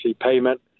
payment